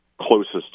closest